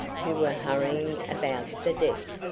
who were hurrying about the deck.